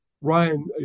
Ryan